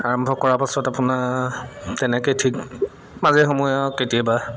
আৰম্ভ কৰাৰ পাছত আপোনাৰ তেনেকৈ ঠিক মাজে সময়ে আৰু কেতিয়াবা